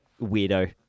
weirdo